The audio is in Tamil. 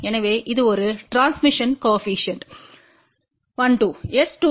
எனவே இது ஒரு டிரான்ஸ்மிஷன் கோஏபிசிஎன்ட் 1 2